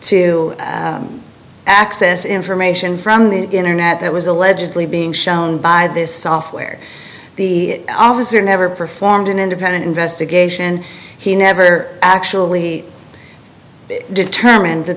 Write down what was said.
to access information from the internet that was allegedly being shown by this software the officer never performed an independent investigation he never actually they determine